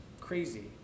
crazy